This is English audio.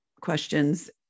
questions